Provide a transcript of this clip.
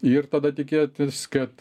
ir tada tikėtis kad